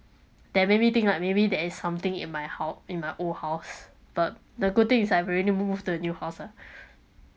they maybe think like maybe there is something in my house in my old house but the good thing is I already move to new house ah